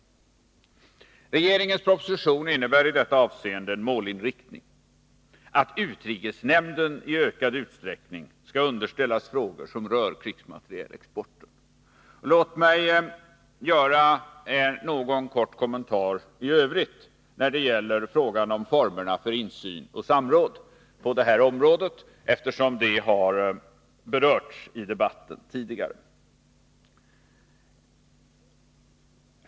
Regeringens proposition innebär i detta avseende en klar målinriktning: att utrikesnämnden i ökad utsträckning skall underställas frågor som rör krigsmaterielexporten. Låt mig göra några korta kommentarer i övrigt när det gäller frågan om insyn och samråd på det här området, eftersom det har berörts tidigare i debatten.